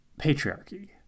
patriarchy